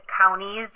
counties